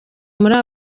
muri